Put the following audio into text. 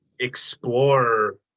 Explore